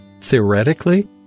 Theoretically